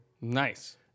Nice